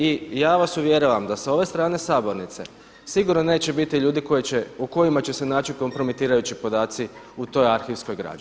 I ja vas uvjeravam da s ove strane sabornice sigurno neće biti ljudi koji će, u kojima će se naći kompromitirajući podaci u toj arhivskoj građi.